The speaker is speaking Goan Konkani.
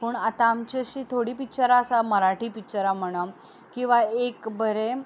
पूण आतां आमचीं अशीं थोडीं पिक्चरां आसा मराठी पिक्चरां म्हणा किंवां एक बरें